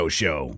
show